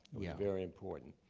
was very important.